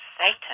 Satan